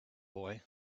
boy